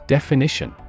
Definition